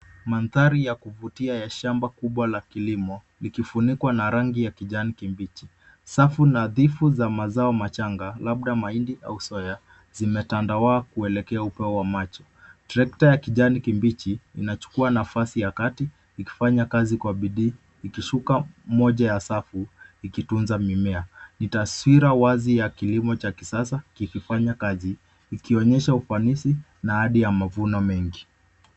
Mandhari ya kuvutia ya shamba kubwa la kilimo likifunikwa na rangi ya kijani kibichi ,safu nadhifu za mazao machanga labda mahindi au soya zimetandawa kuelekea upeo wa macho ,trekta ya kijani kibichi inachukua nafasi ya kati ni kufanya kazi kwa bidii ikishuka mmoja ya safu ikitunza mimea ni taswira wazi ya kilimo cha kisasa kikifanya kazi ikionyesha ufanisi na ahadi ya mavuno.